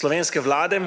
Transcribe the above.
Slovenske vlade